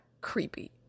creepy